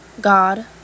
God